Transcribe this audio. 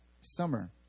summer